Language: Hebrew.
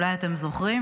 אולי אתם זוכרים,